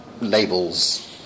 labels